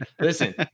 Listen